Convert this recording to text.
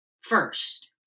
first